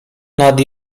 nad